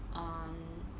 um